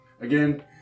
Again